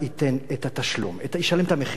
ישלם את המחיר על דברים שהוא אומר,